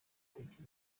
kugira